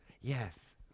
Yes